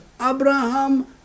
Abraham